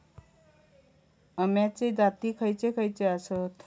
अम्याचे जाती खयचे खयचे आसत?